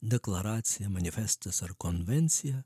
deklaracija manifestas ar konvencija